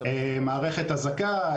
מערכת אזעקה,